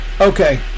Okay